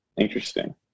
interesting